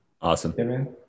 Awesome